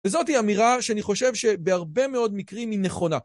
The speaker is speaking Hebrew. וזאת היא אמירה שאני חושב שבהרבה מאוד מקרים היא נכונה.